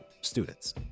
students